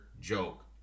joke